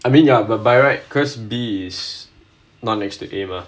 I mean ya by right because B is not next to A mah